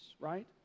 Right